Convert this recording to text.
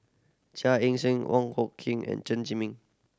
Chia Ann Siang Wong Hung Khim and Chen Zhiming